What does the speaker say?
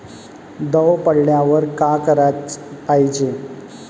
दव पडल्यावर का कराच पायजे?